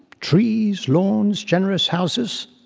trees, lawns, generous houses.